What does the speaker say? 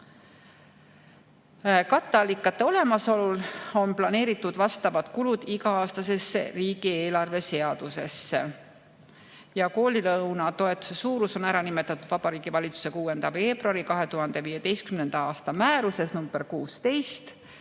Katteallikate olemasolu korral on planeeritud vastavad kulud iga-aastasesse riigieelarve seadusesse ja koolilõunatoetuse suurus on ära nimetatud Vabariigi Valitsuse 6. veebruari 2015. aasta määruses nr 16